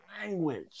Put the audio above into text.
language